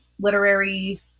literary